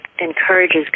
encourages